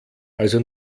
also